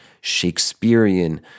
Shakespearean